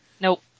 Nope